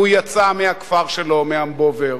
הוא יצא מהכפר שלו, מאמבובר,